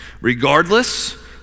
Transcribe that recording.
regardless